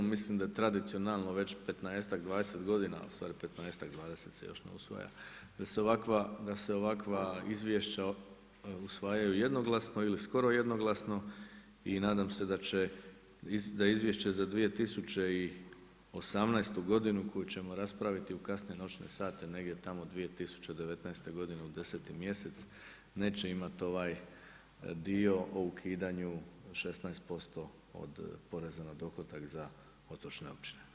Mislim da tradicionalno već petnaestak, 20 godina, ustvari petnaestak, 20 se još ne usvaja, da se ovakva izvješća usvajaju jednoglasno ili skoro jednoglasno i nadam se da izvješće za 2018. godinu koje ćemo raspraviti u kasne noćne sate, negdje tamo 2019. godine, 10. mjesec, neće imati ovaj dio o ukidanju 16% od poreza na dohodak za potrošne općine.